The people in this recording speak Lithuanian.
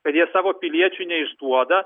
kad jie savo piliečių neišduoda